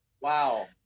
Wow